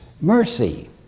mercy